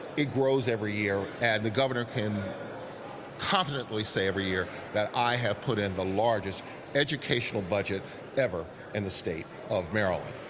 it grows every year, and the governor can confidently say every year that i have put in the largest educational budget ever in the state of maryland.